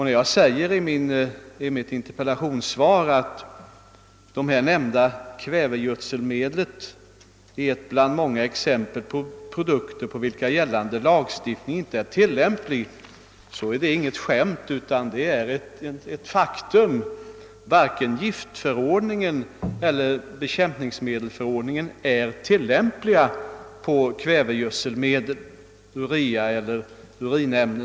När jag säger i mitt interpellationssvar att det nämnda kvävegödselmedlet är ett bland många exempel på produkter på vilka gällande lagstiftning inte är tillämplig är det inget skämt utan ett faktum. Varken giftförordningen eller bekämpningsmedelsförordningen är tillämplig på kvävegödselmedel, urea eller urinämnen.